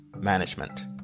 management